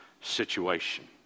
situation